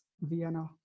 Vienna